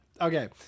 Okay